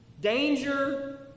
Danger